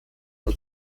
und